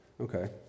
Okay